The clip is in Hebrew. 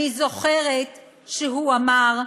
אני זוכרת שהוא אמר: